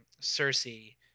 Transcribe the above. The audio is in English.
Cersei